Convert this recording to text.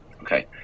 Okay